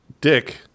Dick